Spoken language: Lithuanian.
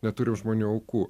neturim žmonių aukų